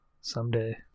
someday